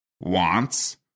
wants